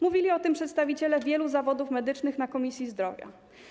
Mówili o tym przedstawiciele wielu zawodów medycznych na posiedzeniu Komisji Zdrowia.